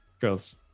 Girls